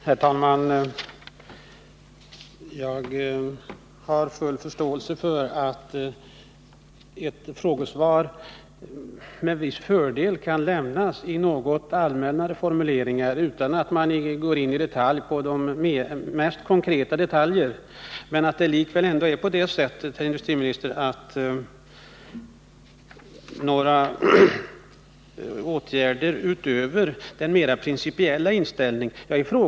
Herr talman! Jag har full förståelse för att ett interpellationssvar med viss fördel kan lämnas i något allmännare formuleringar utan att man behöver gå in på de mest konkreta detaljer. Men det är likväl ändå på det sättet, herr industriminister, att några åtgärder utöver den mera principiella inställningen inte nämns i svaret.